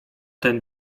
ten